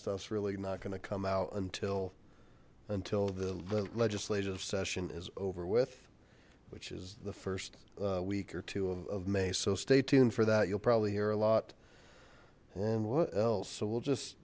stuff's really not going to come out until until the legislative session is over with which is the first week or two of may so stay tuned for that you'll probably hear a lot and what else so we'll just